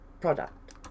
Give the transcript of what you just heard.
product